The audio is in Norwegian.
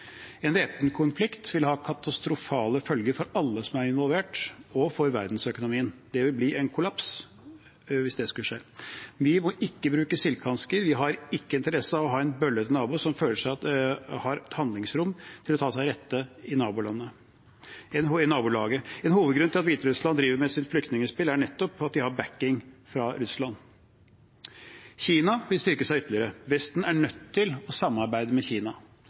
En væpnet konflikt vil ha katastrofale følger for alle som er involvert, og for verdensøkonomien. Det vil bli en kollaps hvis det skulle skje. Vi må ikke bruke silkehansker. Vi har ikke interesse av å ha en bøllete nabo som føler at han har handlingsrom til å ta seg til rette i nabolaget. En hovedgrunn til at Hviterussland driver med sitt flyktningspill, er nettopp at de har bakking fra Russland. Kina vil styrke seg ytterligere. Vesten er nødt til å samarbeide med Kina, og da kan ikke Norge være det mest offensive land for å kritisere det Kina